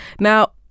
Now